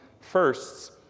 firsts